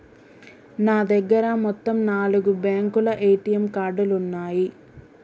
నా దగ్గర మొత్తం నాలుగు బ్యేంకుల ఏటీఎం కార్డులున్నయ్యి